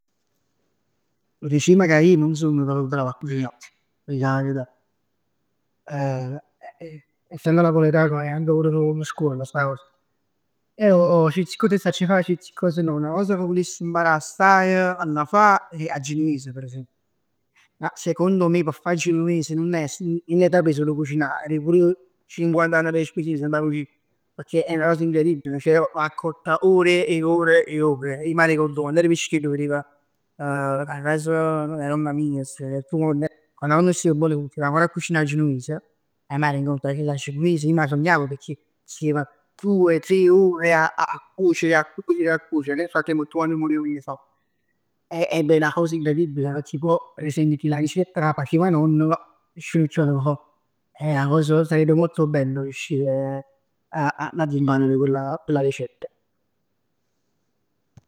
Dicimm ca ij nun song bravo a cucinà. T'aggia dicere 'a verità. Essendo napoletano è anche nu poc nu scuorn sta cos. Io certi cos 'e sacc fa e certi cos no. 'Na cosa ca vuless imparà assaje a d''a fa è 'a genoves per esempio. Secondo me p' fa 'a genovese nun 'a, nu 'e 'a sapè sul cucinà. 'A tenè pur cinquant'anni d'esperienz dint 'a cucin. Pecchè è 'na cosa incredibile. Ceh va cotta ore e ore e ore. IJ m'arricord che quann er piccirill venev 'a cas 'e nonna mij, stev tutt content. Quann 'a nonna stev bona mi mettev ancor a cucinà 'a genuves, m'arricord chella genoves ij m' 'a sognavo pecchè stev due o tre ore a cuocere, a cuocere e a cuocere. Nel frattempo tutt quant murevn 'e famm ed è 'na cosa incredibile pecchè pò 'a ricett ca facev 'a nonna, nisciun chiù 'a sape fa. Eh sarebbe molto bello riuscire ad imparare quella ricetta.